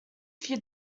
few